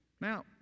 Now